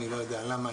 אני לא יודע למה,